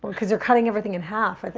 because you're cutting everything in half,